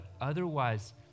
otherwise